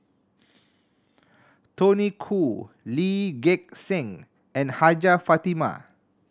Tony Khoo Lee Gek Seng and Hajjah Fatimah